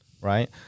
right